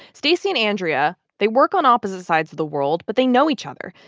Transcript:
stacy and andrea, they work on opposite sides of the world, but they know each other,